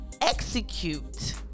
execute